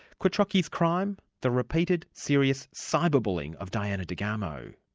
quattrocchi's crime? the repeated serious cyber bullying of diana degarmo.